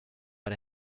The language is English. but